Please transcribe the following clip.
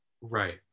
Right